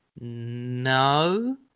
no